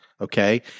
okay